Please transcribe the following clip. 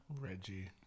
Reggie